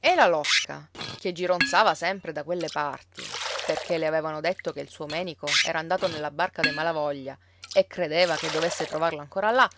e la locca che gironzava sempre da quelle parti perché le avevano detto che il suo menico era andato nella barca dei malavoglia e credeva che dovesse trovarlo ancora là